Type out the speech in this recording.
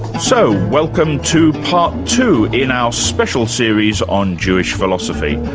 so, welcome to part two in our special series on jewish philosophy.